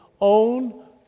own